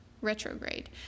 retrograde